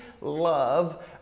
love